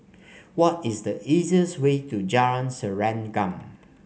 what is the easiest way to Jalan Serengam